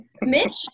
Mitch